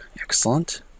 Excellent